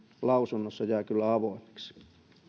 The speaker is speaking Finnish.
lausunnossa jää kyllä avoimeksi